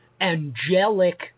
angelic